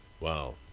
Wow